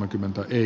muodostuvat kohtuuttomiksi